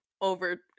over